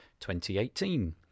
2018